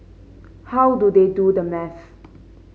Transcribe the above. how do they do the math